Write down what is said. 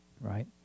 right